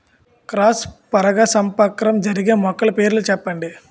Cross పరాగసంపర్కం జరిగే మొక్కల పేర్లు చెప్పండి?